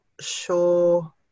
sure